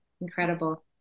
incredible